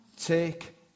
Take